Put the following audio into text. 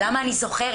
למה אני זוכרת?